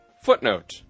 Footnote